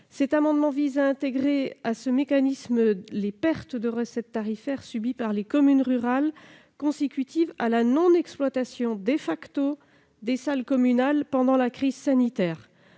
Cet amendement vise à inclure dans ce mécanisme les pertes de recettes tarifaires subies par les communes rurales, consécutives à la non-exploitation des salles communales pendant la crise sanitaire.